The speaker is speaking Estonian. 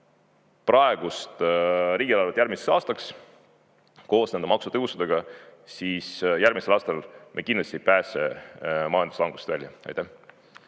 praegust riigieelarvet järgmiseks aastaks koos nende maksutõusudega, siis järgmisel aastal me kindlasti ei pääse majanduslangusest välja.